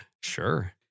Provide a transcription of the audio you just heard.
Sure